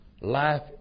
Life